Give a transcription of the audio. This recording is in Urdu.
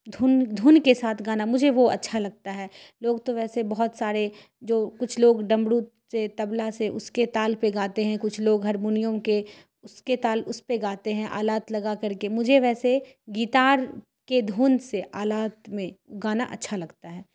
دھن دھن کے ساتھ گانا مجھے وہ اچھا لگتا ہے لوگ تو ویسے بہت سارے جو کچھ لوگ ڈمڑو سے طبلہ سے اس کے تال پہ گاتے ہیں کچھ لوگ ہرمونیو کے اس کے تال اس پہ گاتے ہیں آلات لگا کر کے مجھے ویسے گیٹار کے دھن سے آلات میں گانا اچھا لگتا ہے